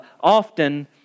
often